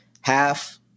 half